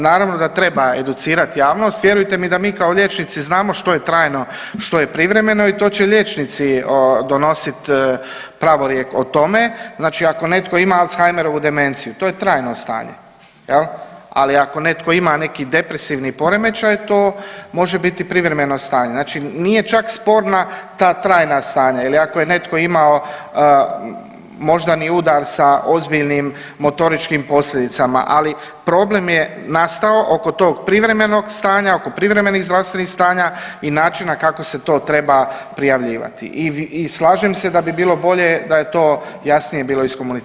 Naravno da treba educirat javnost, vjerujte mi da mi kao liječnici znamo što je trajno, što je privremeno i to će liječnici donosit pravorijek o tome, znači ako netko ima alzheimerovu demenciju to je trajno stanje jel, ali ako netko ima neki depresivni poremećaj to može biti privremeno stanje, znači nije čak sporna ta trajna stanja il ako je netko imao moždani udar sa ozbiljnim motoričkim posljedicama, ali problem je nastao oko tog privremenog stanja, oko privremenih zdravstvenih stanja i načina kako se to treba prijavljivati i slažem se da bi bilo bolje da je to jasnije bilo iskomunicirano.